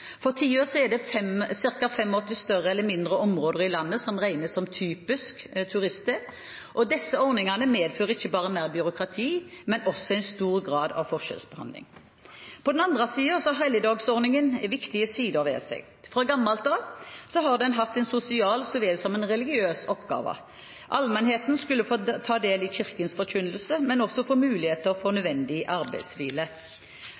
For tiden er det ca. 85 større eller mindre områder i landet som regnes som typiske turiststeder. Disse ordningene medfører ikke bare mer byråkrati, men også en stor grad av forskjellsbehandling. På den andre siden har helligdagsordningen viktige sider ved seg. Fra gammelt av har den hatt en sosial så vel som en religiøs oppgave. Allmennheten skulle få ta del i Kirkens forkynnelse, men også få